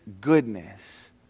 goodness